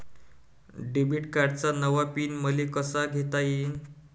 Debit कार्डचा नवा pin मले कसा घेता येईन?